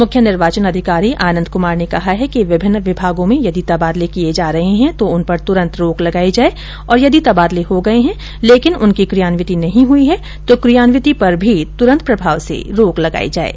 मुख्य निर्वाचन अधिकारी आनंद कुमार ने कहा है कि विभिन्न विभागों में यदि तबादले किये जा रहे है तो उन पर तुरंत रोक लगाई जाये और यदि तबादले हो गये है लेकिन उनकी कियान्विति नहीं हुई है तो कियान्विति पर भी तुरंत प्रभाव से रोक लगाई जाये